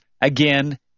again